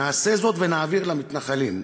נעשה זאת ונעביר למתנחלים.